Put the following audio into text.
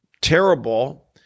terrible